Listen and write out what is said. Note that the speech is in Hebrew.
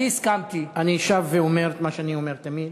אני שב ואומר מה שאני אומר תמיד: